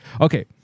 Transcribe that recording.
okay